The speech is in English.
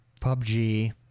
PUBG